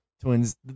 twins